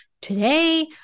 today